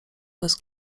bez